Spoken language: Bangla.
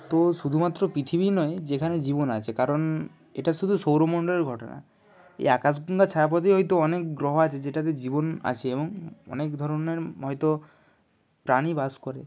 তো শুধুমাত্র পৃথিবীই নয় যেখানে জীবন আছে কারণ এটা শুধু সৌরমন্ডলের ঘটনা এই আকাশগঙ্গা ছায়াপথেই হয়তো অনেক গ্রহ আছে যেটাতে জীবন আছে এবং অনেক ধরনের হয়তো প্রাণী বাস করে